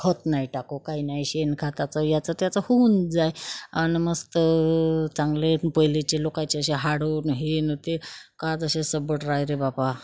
खत नाही टाकू काय नाही शेणखताचं ह्याचं त्याचं होऊन जाई आणि मस्त चांगले पहिलेचे लोकाचे अशे हाडं हे न ते का ज असे स्बट राहि रे बाबा